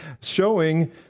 showing